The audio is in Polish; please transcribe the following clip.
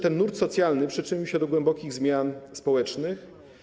Ten nurt socjalny przyczynił się do głębokich zmian społecznych.